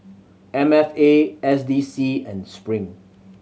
M F A S D C and Spring